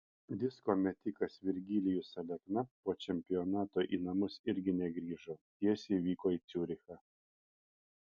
disko metikas virgilijus alekna po čempionato į namus irgi negrįžo tiesiai vyko į ciurichą